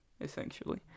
essentially